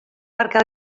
perquè